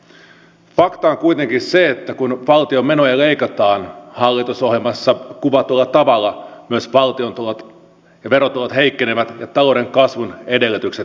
fakta on kuitenkin se että kun valtion menoja leikataan hallitusohjelmassa kuvatulla tavalla myös valtion tulot ja verotulot heikkenevät ja talouden kasvun edellytykset supistuvat